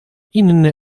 inny